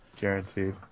Guaranteed